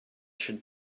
should